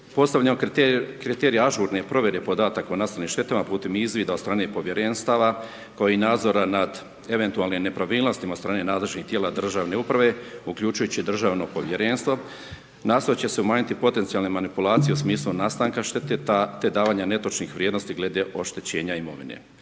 postavljenog kriterija ažurne provjere podataka o nastalim štetama putem izvida od strane povjerenstava, kao i nadzora nad eventualnim nepravilnostima od strane nadležnih tijela državne uprave, uključujući državno povjerenstvo, nastojat će se umanjiti potencijalne manipulacije u smislu nastanke štete te davanjem netočnih vrijednosti glede oštećenja imovine.